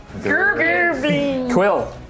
Quill